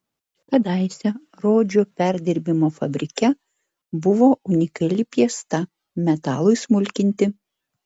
kadaise rodžio perdirbimo fabrike buvo unikali piesta metalui smulkinti